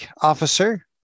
officer